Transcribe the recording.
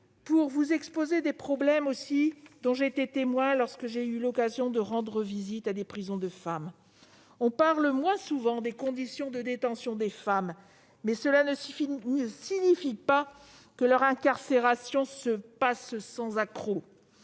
pour vous faire part de problèmes dont j'ai été témoin lorsque j'ai eu l'occasion de visiter des prisons pour femmes. On parle moins souvent de leurs conditions de détention, mais cela ne signifie pas que leur incarcération se passe sans accroc.